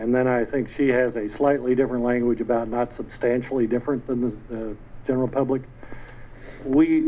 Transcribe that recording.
and then i think she has a slightly different language about not substantially different than the the general public we